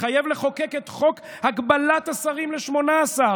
התחייב לחוקק את חוק הגבלת השרים ל-18,